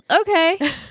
Okay